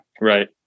Right